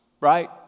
Right